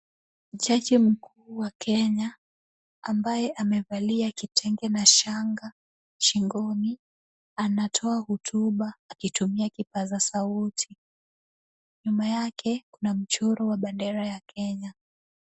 Jaji mkuu wa Kenya ambaye amevalia kitenge na shanga shingoni, anatoa hotuba akitumia kipaza sauti. Nyuma yake kuna mchoro wa bendera ya Kenya.